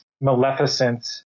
Maleficent